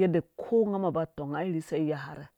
yadda ko ngamɔ ba tɔng ai rhisa iyarherhe